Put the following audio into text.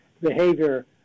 behavior